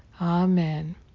Amen